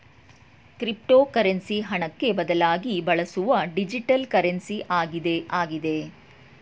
cryptocurrency ಹಣಕ್ಕೆ ಬದಲಾಗಿ ಬಳಸುವ ಡಿಜಿಟಲ್ ಕರೆನ್ಸಿ ಆಗಿದೆ ಆಗಿದೆ